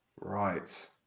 Right